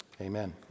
Amen